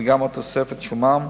וגם על תוספת שומן,